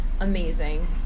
amazing